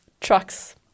trucks